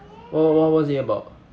what what what was it about